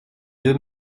deux